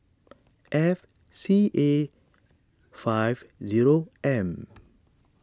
F C A five zero M